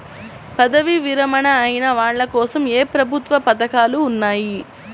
పదవీ విరమణ అయిన వాళ్లకోసం ఏ ప్రభుత్వ పథకాలు ఉన్నాయి?